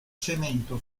cemento